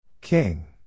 King